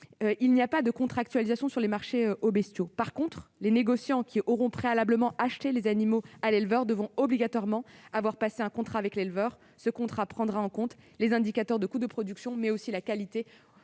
il n'y a pas de contractualisation sur les marchés aux bestiaux. En revanche, les négociants qui auront préalablement acheté les animaux à l'éleveur devront obligatoirement avoir passé un contrat avec lui. Ce contrat prendra en compte des indicateurs de coûts de production, mais aussi de qualité